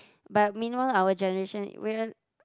but meanwhile our generation will